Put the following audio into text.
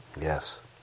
Yes